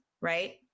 right